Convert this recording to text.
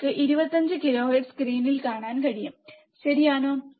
നിങ്ങൾക്ക് 25 കിലോഹെർട്സ് സ്ക്രീനിൽ കാണാൻ കഴിയും ശരിയാണോ